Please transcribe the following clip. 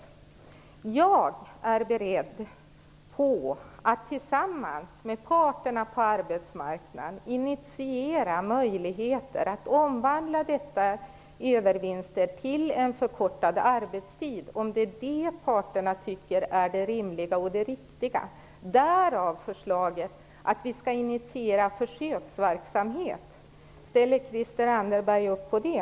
Jag är beredd att tillsammans med parterna på arbetsmarknaden initiera möjligheter att omvandla dessa övervinster till en förkortad arbetstid, om det är det parterna tycker är det rimliga och riktiga. Därav förslaget att vi skall initiera försöksverksamhet. Ställer Christel Anderberg upp på det?